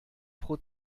pro